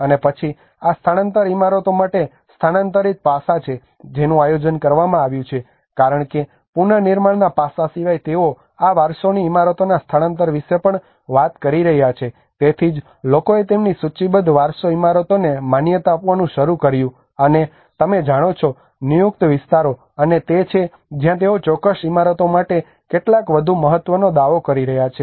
અને પછી આ સ્થાનાંતરણ ઇમારતો માટે સ્થાનાંતરિત પાસા છે જેનું આયોજન કરવામાં આવ્યું છે કારણ કે પુનર્નિર્માણના પાસા સિવાય તેઓ આ વારસોની ઇમારતોના સ્થળાંતર વિશે પણ વાત કરી રહ્યા છે તેથી જ લોકોએ તેમની સૂચિબદ્ધ વારસો ઇમારતોને માન્યતા આપવાનું શરૂ કર્યું અને તમે જાણો છો નિયુક્ત વિસ્તારો અને તે છે જ્યાં તેઓ ચોક્કસ ઇમારતો માટે કેટલાક વધુ મહત્વનો દાવો કરી રહ્યા છે